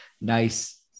nice